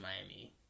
Miami